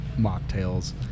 mocktails